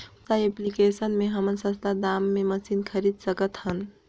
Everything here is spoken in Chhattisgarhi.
कौन सा एप्लिकेशन मे हमन सस्ता दाम मे मशीन खरीद सकत हन?